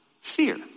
fear